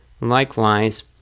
likewise